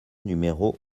numéro